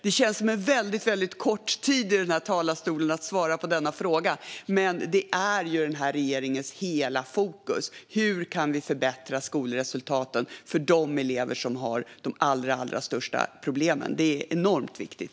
Det känns som väldigt kort tid att svara på denna fråga, men det är den här regeringens hela fokus hur vi kan förbättra skolresultaten för de elever som har de allra största problemen. Det är enormt viktigt.